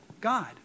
God